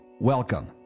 Welcome